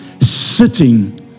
sitting